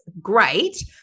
great